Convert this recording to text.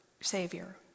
Savior